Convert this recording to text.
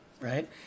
right